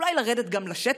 אולי לרדת גם לשטח,